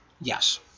Yes